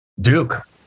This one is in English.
Duke